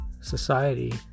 society